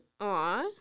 Aww